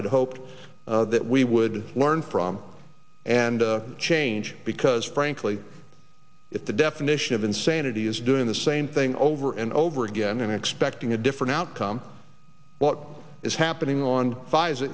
had hoped that we would learn from and change because frankly if the definition of insanity is doing the same thing over and over again and expecting a different outcome what is happening on